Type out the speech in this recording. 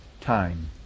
time